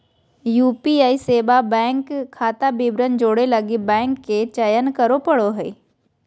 UPI सेवा bank खाता विवरण जोड़े लगी बैंक के चयन करे पड़ो हइ